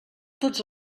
tots